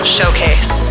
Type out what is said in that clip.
Showcase